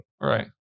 right